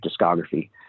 discography